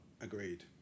Agreed